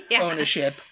Ownership